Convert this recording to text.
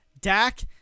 Dak